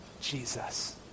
Jesus